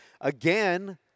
again